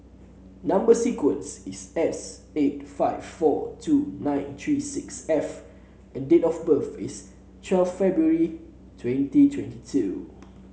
number sequence is S eight five four two nine three six F and date of birth is twelve February twenty twenty two